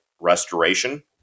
restoration